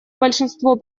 большинство